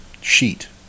sheet